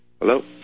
hello